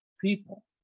people